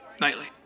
Nightly